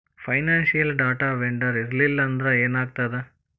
Financial data vendor ಇರ್ಲ್ಲಿಲ್ಲಾಂದ್ರ ಏನಾಗ್ತದ?